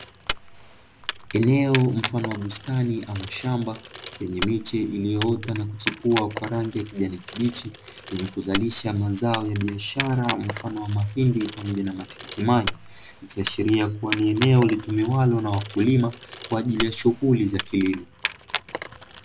Eneo mfano wa bustani ama shamba yenye miche iliyoota na kuchipua kwa rangi ya kijani kibichi, yenye kuzalisha mazao ya biashara mfano wa mahindi pamoja na matikiti maji. Ikiashiria kuwa ni eneo litumiwalo na wakulima kwa ajili ya shughuli za kilimo.